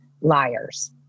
liars